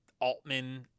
Altman